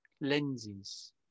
lenses